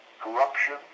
corruption